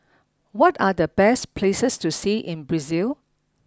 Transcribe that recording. what are the best places to see in Brazil